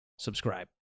Subscribe